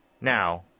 Now